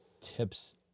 tips